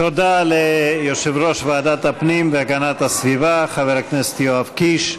תודה ליושב-ראש ועדת הפנים והגנת הסביבה חבר הכנסת יואב קיש.